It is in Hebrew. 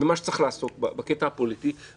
המציאות והמציאות אומרת שעשו איזשהו פיילוט של נורבגי והכנסת